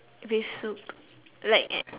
with soup like at